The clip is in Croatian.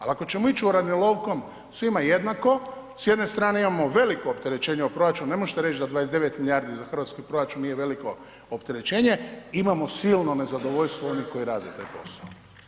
Ali ako ćemo ići uranilovkom svima jednako, s jedne strane imamo veliko opterećenje o proračunu, ne možete reći da 29 milijardi za hrvatski proračun nije veliko opterećenje, imamo silno nezadovoljstvo onih koji rade taj posao.